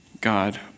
God